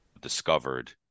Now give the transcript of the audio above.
discovered